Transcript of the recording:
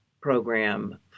program